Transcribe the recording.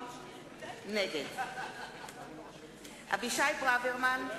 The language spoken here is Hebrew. נגד אבישי ברוורמן,